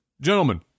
Gentlemen